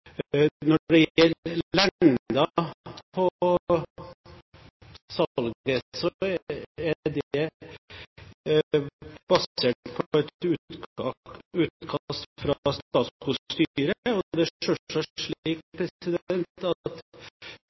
Når det gjelder tiden salget tar, er det basert på et utkast fra Statskogs styre. Det er selvsagt slik at